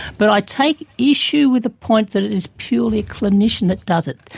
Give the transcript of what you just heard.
but i take issue with the point that it is purely a clinician that does it.